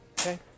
Okay